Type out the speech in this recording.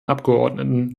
abgeordneten